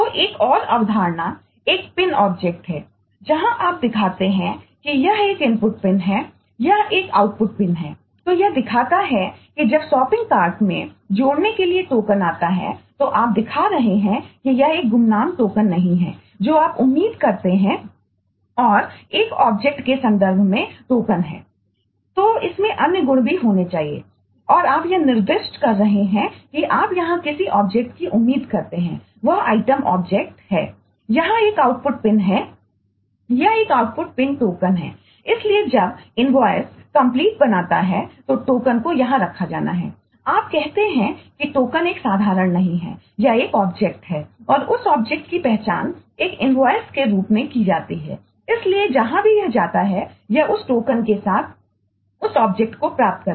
तो एक और अवधारणा एक पिन ऑब्जेक्ट को यहां रखा जाना है